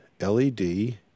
LED